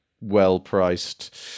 well-priced